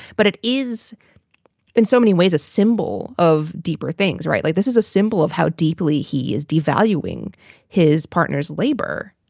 but it is in so many ways a symbol of deeper things. right. like this is a symbol of how deeply he is devaluing his partners, labor,